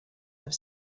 have